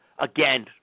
again